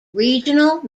regional